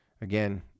again